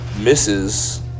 misses